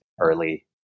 early